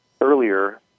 earlier